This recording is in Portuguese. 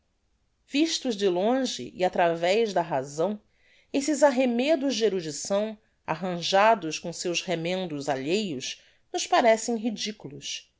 vistos de longe e atravez da razão esses arremedos de erudicção arranjados com seus remendos alheios nos parecem ridiculos